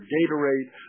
Gatorade